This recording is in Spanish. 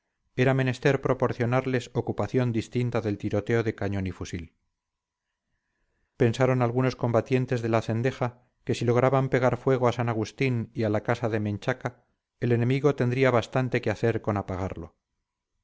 era menester proporcionales ocupación distinta del tiroteo de cañón y fusil pensaron algunos combatientes de la cendeja que si lograban pegar fuego a san agustín y a la casa de menchaca el enemigo tendría bastante que hacer con apagarlo